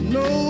no